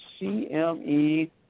CME